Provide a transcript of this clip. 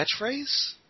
catchphrase